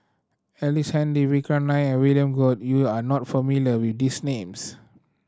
Ellice Handy Vikram Nair and William Goode you are not familiar with these names